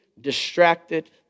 distracted